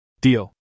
Deal